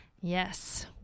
Yes